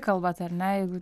kalbat ar ne jeigu